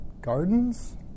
gardens